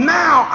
now